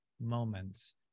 moments